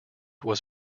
was